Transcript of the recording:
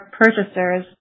purchasers